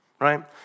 right